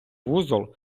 вузол